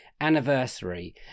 anniversary